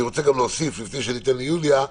נמצאת פה איתנו גם חברת הכנסת יוליה מלינובסקי.